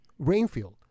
Rainfield